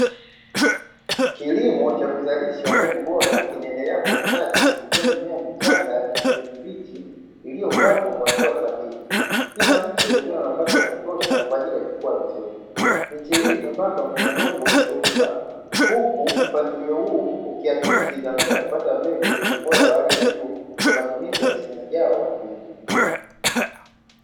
Kilimo cha kuzalisha mbegu bora kinaendelea kustadi kupitia, mimea michanga kijani kibichi iliyopangwa kwa hatua sahihi. Kila mche ukiwa na nafasi ya kutosha kwaajili ya kukua vizuri. Miche hii imepandwa kwenye udongo wenye rutuba, huku mpangilio huo ukiakisi dhamira ya kupata mbegu zenye ubora wa hali ya juu kwa matumizi ya msimu ujao wa kilimo.